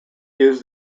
use